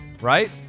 right